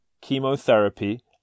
chemotherapy